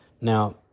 Now